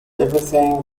everything